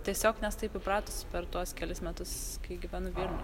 tiesiog nes taip įpratusi per tuos kelis metus kai gyvenu vilniuj